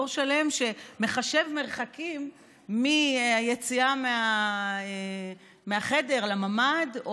דור שלם מחשב מרחקים מהיציאה מהחדר לממ"ד,